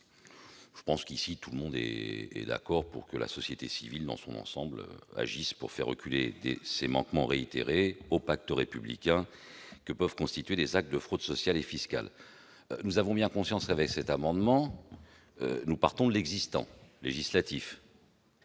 de fraude fiscale. Tout le monde est d'accord ici pour que la société civile dans son ensemble agisse afin de faire reculer ces manquements réitérés au pacte républicain que peuvent constituer des actes de fraude sociale et fiscale. Nous avons bien conscience, avec cet amendement, que nous partons de l'existant législatif,